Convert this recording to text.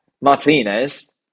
martinez